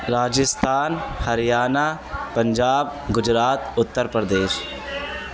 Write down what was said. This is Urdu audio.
راجستھان ہریانہ پنجاب گجرات اتّر پردیش